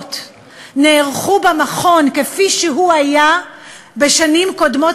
אירעו במכון כפי שהוא היה בשנים קודמות.